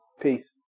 Peace